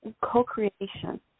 co-creation